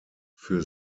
für